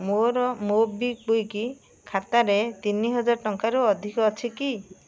ମୋର ମୋବିକ୍ୱିକ୍ ଖାତାରେ ତିନି ହଜାର ଟଙ୍କାରୁ ଅଧିକ ଅଛି କି